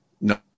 No